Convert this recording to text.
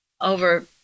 over